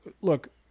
Look